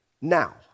now